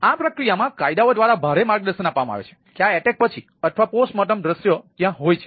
આ પ્રક્રિયામાં કાયદાઓ દ્વારા ભારે માર્ગદર્શન આપવામાં આવે છે કે આ એટેક પછી અથવા પોસ્ટ મોર્ટમ દૃશ્યો ત્યાં હોય છે